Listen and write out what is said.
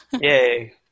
Yay